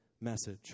message